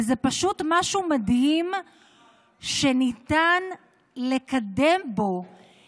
וזה פשוט משהו מדהים שניתן לקדם בו, נא לסיים.